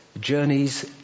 journeys